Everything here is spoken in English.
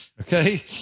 Okay